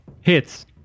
Hits